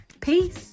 Peace